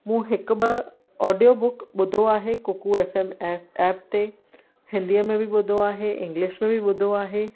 मूं हिकु ॿ ऑडियोबुक ॿुधो आहे कुकू एफएम एप ते हिंदीअ में बि ॿुधो आहे इंग्लिश में बि ॿुधो आहे